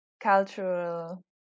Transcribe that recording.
cultural